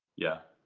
yeah.